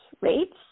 rates